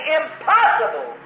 impossible